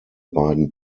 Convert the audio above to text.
beiden